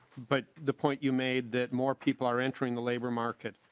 but the point you made that more people are entering the labor market.